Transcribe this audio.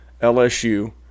LSU